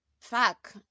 Fuck